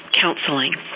counseling